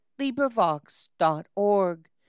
LibriVox.org